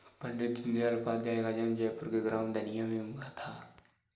पण्डित दीनदयाल उपाध्याय का जन्म जयपुर के ग्राम धनिया में हुआ था